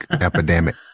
epidemic